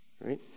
right